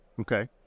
Okay